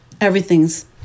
everything's